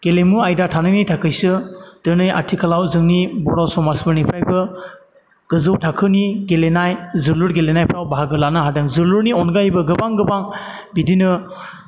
गेलेमु आयदा थानायनि थाखायसो दिनै आथिखालाव जोंनि बर' समाजफोरनिफ्रायबो गोजौ थाखोनि गेलेनाय जोलुर गेलेनायफ्राव बाहागो लानो हादों जोलुरनि अनगायैबो गोबां गोबां बिदिनो